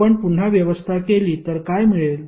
आपण पुन्हा व्यवस्था केली तर काय मिळेल